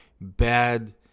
bad